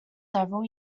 several